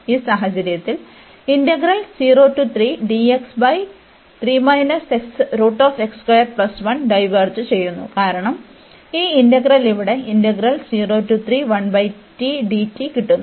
ഈ സാഹചര്യത്തിൽ integral diverge ചെയ്യുന്നു കാരണം ഈ ഇന്റഗ്രൽ ഇവിടെ കിട്ടുന്നു